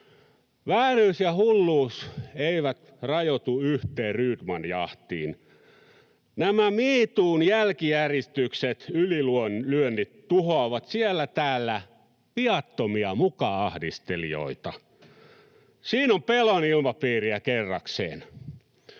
Vääryys ja hulluus eivät rajoitu yhteen Rydman-jahtiin. Nämä me toon jälkijäristykset ja ylilyönnit tuhoavat siellä täällä viattomia muka-ahdistelijoita. Siinä on pelon ilmapiiriä kerrakseen.